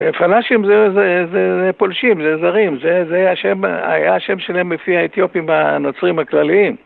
פלאשים זה פולשים, זה זרים, זה היה השם שלהם לפי האתיופים הנוצרים הכלליים